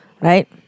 right